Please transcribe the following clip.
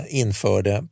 införde